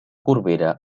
corbera